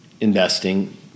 investing